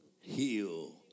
heal